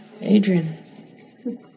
Adrian